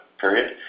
period